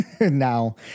now